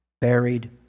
buried